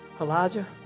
Elijah